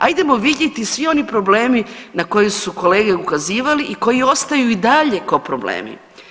Ajdemo vidjeti svi oni problemi na koji su kolege ukazivali i koji ostaju i dalje kao problemi.